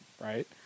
right